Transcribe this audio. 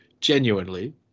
genuinely